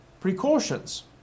precautions